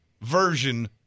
version